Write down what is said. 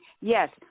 Yes